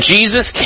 Jesus